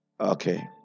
Okay